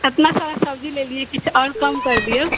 इतना सारा सब्जी लेलियै किछु आओर कम करि दियौ